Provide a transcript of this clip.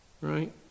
right